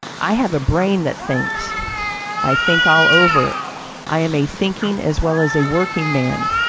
i have a brain that thinks i think all over i am a thinking as well as a working man!